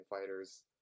fighters